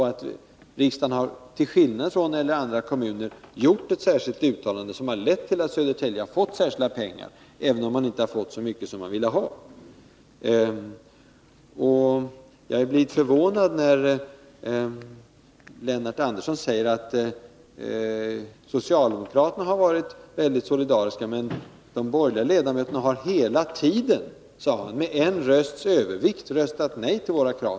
Till skillnad från vad som varit fallet i fråga om andra kommuner har riksdagen gjort ett särskilt uttalande, som har lett till att Södertälje har fått särskilda pengar, även om Södertälje inte har fått så mycket som önskades. Jag blev litet förvånad när Lennart Andersson sade att socialdemokraterna har varit mycket solidariska, medan de borgerliga hela tiden — så uttryckte han sig — med en rösts övervikt röstat nej till kraven.